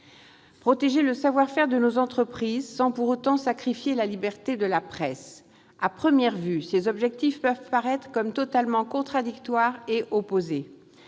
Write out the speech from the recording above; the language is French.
Protéger le savoir-faire de nos entreprises sans pour autant sacrifier la liberté de la presse : à première vue, ces objectifs peuvent paraître totalement contradictoires et opposés.